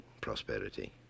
prosperity